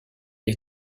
est